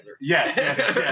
yes